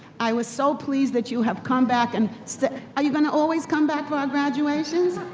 i was so pleased that you have come back. and so are you gonna always come back for our graduations?